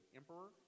emperor